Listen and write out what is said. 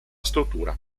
struttura